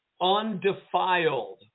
undefiled